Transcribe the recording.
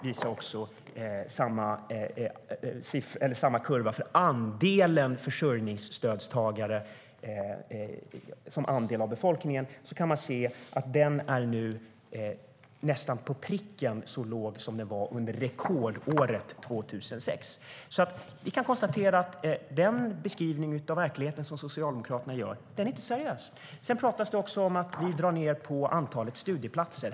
Vidare är den andel av befolkningen som får försörjningsstöd nästan på pricken så låg som den var under rekordåret 2006. Den beskrivning av verkligheten som Socialdemokraterna gör är alltså inte seriös. Det talas också om att vi drar ned på antalet studieplatser.